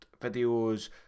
videos